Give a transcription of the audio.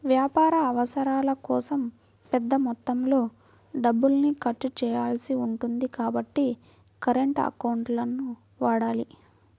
వ్యాపార అవసరాల కోసం పెద్ద మొత్తంలో డబ్బుల్ని ఖర్చు చేయాల్సి ఉంటుంది కాబట్టి కరెంట్ అకౌంట్లను వాడాలి